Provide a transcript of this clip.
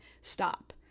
stop